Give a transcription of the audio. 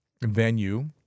venue